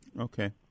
Okay